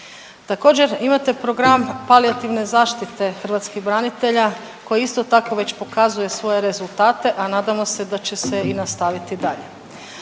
Također, imate program palijativne zaštite hrvatskih branitelja koji isto tako već pokazuje svoje rezultate, a nadamo se da će se i nastaviti dalje.